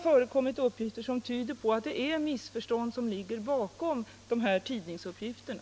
Mycket tyder på att ett missförstånd ligger bakom tidningsuppgifterna.